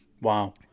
wow